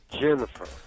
Jennifer